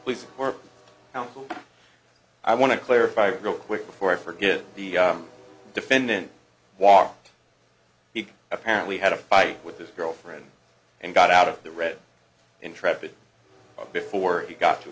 please now i want to clarify real quick before i forget the defendant walked he apparently had a fight with his girlfriend and got out of the red intrepid before he got to